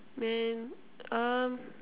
man um